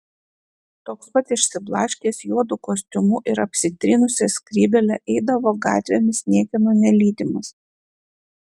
toks pat išsiblaškęs juodu kostiumu ir apsitrynusia skrybėle eidavo gatvėmis niekieno nelydimas